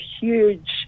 huge